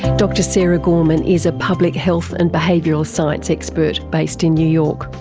dr sara gorman is a public health and behavioural science expert based in new york.